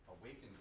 awakened